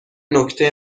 نکته